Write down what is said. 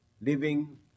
living